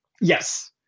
Yes